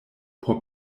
por